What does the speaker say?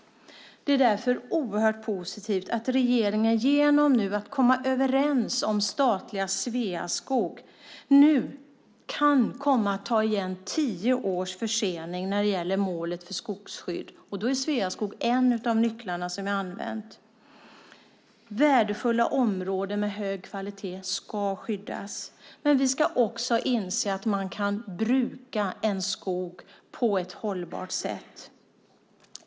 Det är därför positivt att regeringen genom statliga Sveaskog kan komma att ta igen tio års försening när det gäller målet för skogsskydd. Värdefulla områden med hög kvalitet ska skyddas. Men vi ska också inse att man kan bruka en skog på ett hållbart sätt.